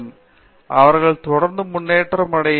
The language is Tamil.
பேராசிரியர் பிரதாப் ஹரிதாஸ் அவர்கள் தொடர்ந்து முன்னேற்றம் அடைய